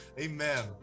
Amen